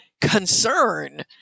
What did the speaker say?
concern